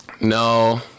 No